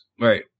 Right